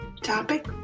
topic